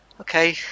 okay